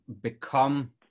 become